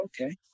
Okay